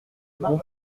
mon